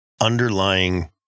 underlying